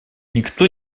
никто